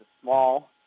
small